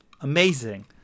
amazing